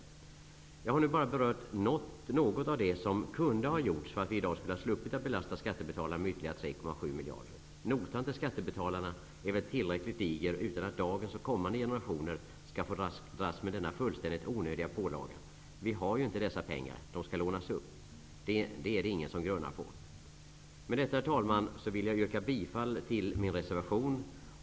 Jag har nu bara berört något av det som kunde ha gjorts för att vi i dag skulle ha sluppit att belasta skattebetalarna med ytterligare 3,7 miljarder. Notan till skattebetalarna är väl tillräckligt diger utan att dagens och kommande generationer skall få dras med denna fullständigt onödiga pålaga. Vi har ju inte dessa pengar, de skall lånas upp. Det är det ingen som grunnar på. Med detta, herr talman, vill jag yrka bifall till min reservation.